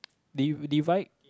div~ divide